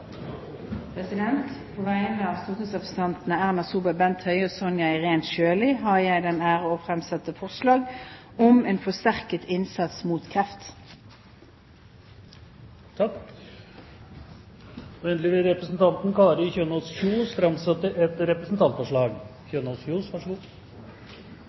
På vegne av stortingsrepresentantene Bent Høie, Sonja Irene Sjøli og meg selv har jeg den ære å fremsette forslag om forsterket innsats mot kreft. Representanten Kari Kjønaas Kjos vil framsette et representantforslag.